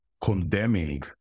condemning